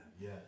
Yes